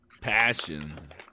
passion